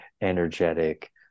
energetic